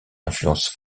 influences